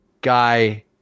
guy